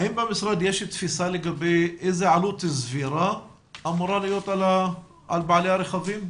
האם במשרד יש תפיסה לגבי איזה עלות סבירה אמורה להיות על בעלי הרכבים?